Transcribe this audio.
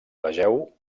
vegeu